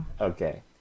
Okay